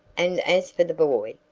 and as for the boy,